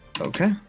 Okay